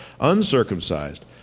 uncircumcised